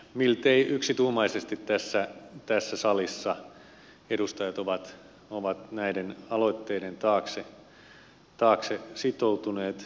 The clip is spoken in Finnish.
miltei yksituumaisesti tässä salissa edustajat ovat näiden aloitteiden taakse sitoutuneet